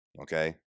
Okay